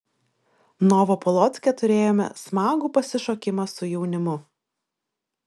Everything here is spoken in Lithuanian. novopolocke turėjome smagų pasišokimą su jaunimu